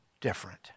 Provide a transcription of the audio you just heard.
different